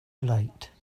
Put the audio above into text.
late